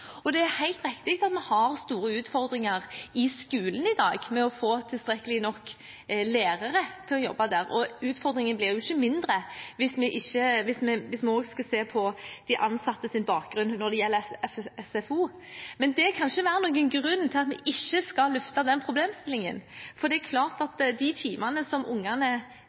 Det er helt riktig at vi i dag har store utfordringer i skolen med å få tilstrekkelig antall lærere til å jobbe der, og utfordringen blir ikke mindre hvis vi også skal se på de ansattes bakgrunn når det gjelder SFO. Men det kan ikke være noen grunn til at vi ikke skal løfte den problemstillingen, for det er klart at de timene ungene